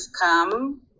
come